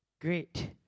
Great